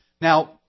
Now